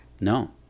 No